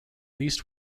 least